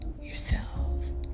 yourselves